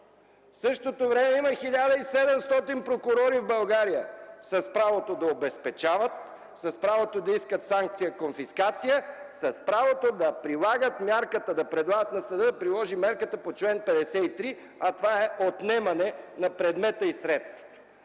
В същото време има 1700 прокурори в България с правото да обезпечават, с правото да искат санкция конфискация, с правото да предлагат на съда да приложи мярката по чл. 53 – отнемане на предмета и средствата.